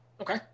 Okay